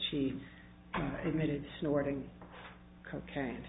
she admitted snorting cocaine